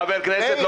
מיקי.